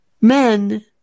men